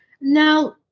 Now